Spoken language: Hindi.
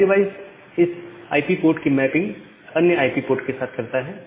नैट डिवाइस इस आई पी पोर्ट की मैपिंग अन्य आईपी पोर्ट के साथ करता है